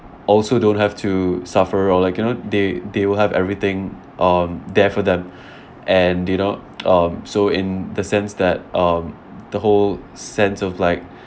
also don't have to suffer or like you know they they will have everything um there for them and you know um so in the sense that um the whole sense of like